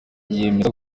yemeza